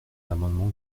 l’amendement